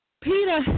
Peter